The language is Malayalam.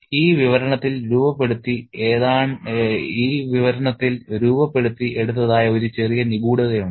ഈ വിവരണത്തിൽ രൂപപ്പെടുത്തി എടുത്തതായ ഒരു ചെറിയ നിഗൂഢതയുണ്ട്